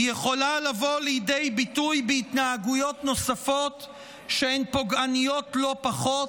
היא יכולה לבוא לידי ביטוי בהתנהגויות נוספות שהן פוגעניות לא פחות.